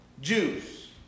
Jews